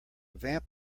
vamp